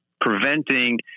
preventing